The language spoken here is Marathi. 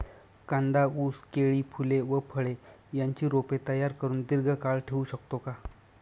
कांदा, ऊस, केळी, फूले व फळे यांची रोपे तयार करुन दिर्घकाळ ठेवू शकतो का?